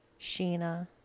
Sheena